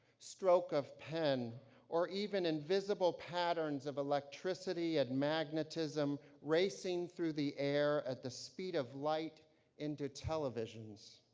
stroke of pen or even invisible patterns of electricity and magnetism racing through the air at the speed of light into televisions.